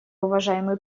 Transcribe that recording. уважаемый